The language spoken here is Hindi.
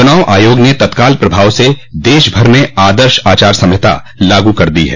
चुनाव आयोग ने तत्काल प्रभाव से देश भर में आदर्श आचार संहिता लागू कर दी है